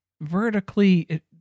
vertically